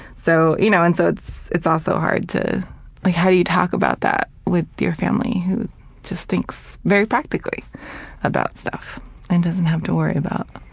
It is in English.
so, you know, and so it's it's also hard to how do you talk about that with your family, who just thinks very practically about stuff and doesn't have to worry about,